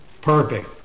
Perfect